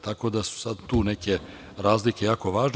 Tako da su sada tu neke razlike jako važne.